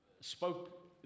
Spoke